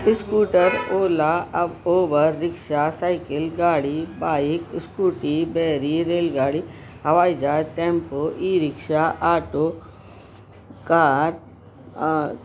scooter Ola अब Uber rickshaw cycle गाॾी bike Scooty बैरी रेल गाॾी हवाई जहाज tempo e rickshaw auto car